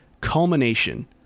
culmination